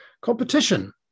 Competition